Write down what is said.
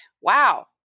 Wow